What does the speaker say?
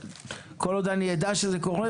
כל עוד אני אדע שזה קורה,